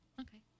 Okay